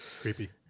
Creepy